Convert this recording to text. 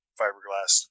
fiberglass